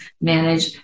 manage